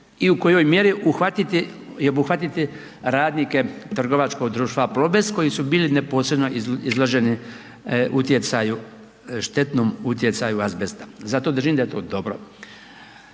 i u kojoj mjeri uhvatiti i obuhvatiti radnike trgovačkog društva Plobest koji su bili neposredno izloženi utjecaju, štetnom utjecaju azbesta, zato držim da je to dobro.